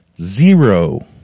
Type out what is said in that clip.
zero